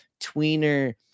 tweener